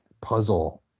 puzzle